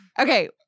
Okay